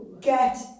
get